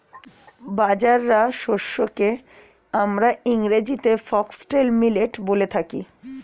বাজরা শস্যকে আমরা ইংরেজিতে ফক্সটেল মিলেট বলে থাকি